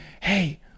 hey